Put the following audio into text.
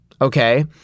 Okay